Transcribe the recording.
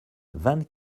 vingt